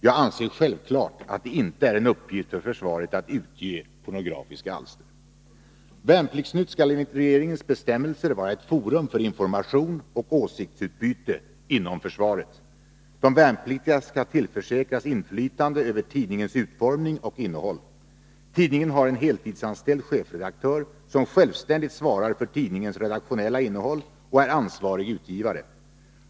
Jag anser självfallet att det inte är en uppgift för försvaret att utge pornografiska alster. Värnplikts-Nytt skall enligt regeringens bestämmelser vara ett forum för information och åsiktsutbyte inom försvaret. De värnpliktiga skall tillförsäkras inflytande över tidningens utformning och innehåll. Tidningen har en heltidsanställd chefredaktör som självständigt svarar för tidningens redaktionella innehåll och är ansvarig utgivare.